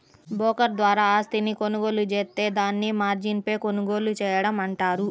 broker ద్వారా ఆస్తిని కొనుగోలు జేత్తే దాన్ని మార్జిన్పై కొనుగోలు చేయడం అంటారు